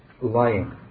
lying